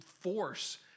force